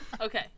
Okay